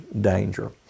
danger